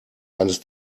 eines